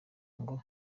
ngo